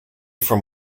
from